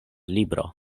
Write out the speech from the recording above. libro